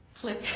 click